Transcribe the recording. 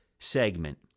segment